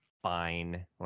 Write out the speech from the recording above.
Fine